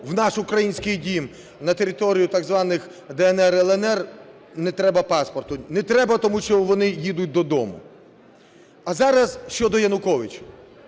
в наш український дім, на територію так званих "ДНР", "ЛНР", не треба паспорта. Не треба, тому що вони їдуть додому. А зараз щодо Януковича.